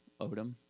Odom